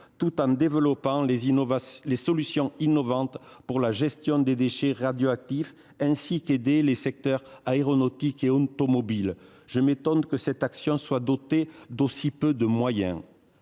tout en développant des solutions innovantes pour la gestion des déchets radioactifs ; d’aider les secteurs aéronautique et automobile. Je m’étonne que cette action soit dotée d’aussi peu de moyens.